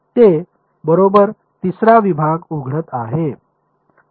ते बरोबर तिसरा विभाग उघडत आहे